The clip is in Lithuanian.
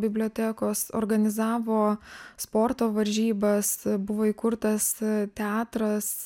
bibliotekos organizavo sporto varžybas buvo įkurtas teatras